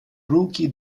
rookie